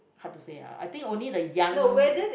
hard to say lah I think only the young